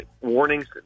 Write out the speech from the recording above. warnings